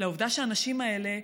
לעובדה שהאנשים האלה,